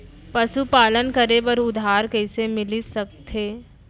पशुपालन करे बर उधार कइसे मिलिस सकथे?